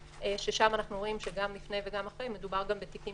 ששם אנחנו רואים שגם לפני וגם אחרי מדובר בתיקים